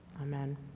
Amen